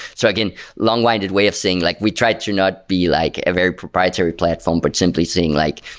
so again, longwinded way of saying like we try to not be like a very proprietary platform, but simply saying like,